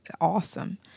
awesome